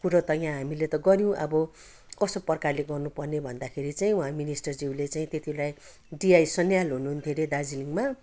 कुरो त यहाँ हामीले त गऱ्यौँ अब कस्तो प्रकारले गर्नु पर्ने भन्दाखेरि चाहिँ उहाँ मिनिस्टरज्यूले चाहिँ त्यति बेला डिआई सनियाल हुनुहुन्थ्यो अरे दार्जिलिङमा